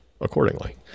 accordingly